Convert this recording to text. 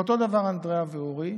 אותו דבר אנדריאה ואורי.